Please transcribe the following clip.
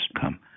come